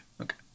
okay